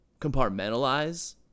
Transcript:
compartmentalize